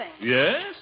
Yes